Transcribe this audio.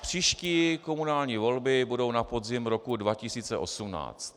Příští komunální volby budou na podzim roku 2018.